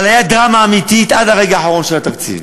אבל הייתה דרמה אמיתית עד הרגע האחרון של התקציב,